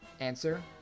Answer